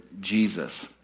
Jesus